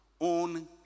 own